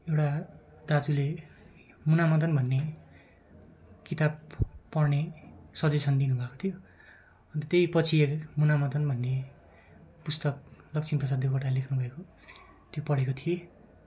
एउटा दाजुले मुनामदन भन्ने किताब पढ्ने सजेसन दिनुभएको थियो अन्त त्यही पछि मुनामदन भन्ने पुस्तक लक्ष्मीप्रसाद देवकोटाले लेख्नुभएको त्यो पढेको थिएँ